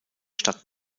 stadt